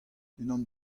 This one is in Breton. unan